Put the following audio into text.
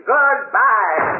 Goodbye